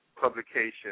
publication